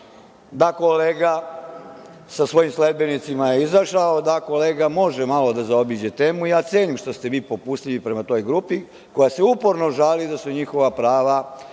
da kolega sa svojim sledbenicima je izašao, da kolega može malo da zaobiđe temu. Cenim što ste vi popustljivi prema toj grupi koja se uporno žali da su njihova prava